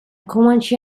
comanche